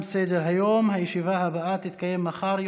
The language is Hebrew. בעד.